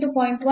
1 0